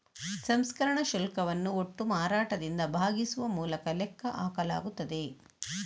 ಸಂಸ್ಕರಣಾ ಶುಲ್ಕವನ್ನು ಒಟ್ಟು ಮಾರಾಟದಿಂದ ಭಾಗಿಸುವ ಮೂಲಕ ಲೆಕ್ಕ ಹಾಕಲಾಗುತ್ತದೆ